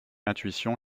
intuition